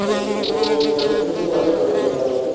अच्छा तो तो सर्विसिंग से पहले धुलाई होता होगा ना